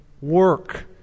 work